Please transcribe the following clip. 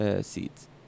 seeds